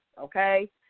okay